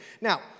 Now